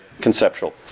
conceptual